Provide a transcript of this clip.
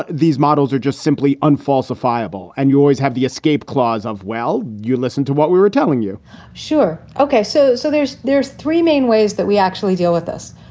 ah these models are just simply unfalsifiable? and you always have the escape clause of, well, you listen to what we were telling you sure. ok. so so there's there's three main ways that we actually deal with us.